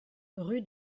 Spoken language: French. rue